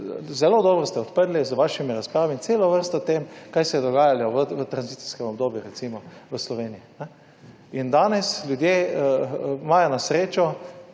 Zelo dobro ste odprli z vašimi razpravami celo vrsto tem, kaj se je dogajalo v tranzicijskem obdobju, recimo v Sloveniji. Danes ljudje imajo na srečo,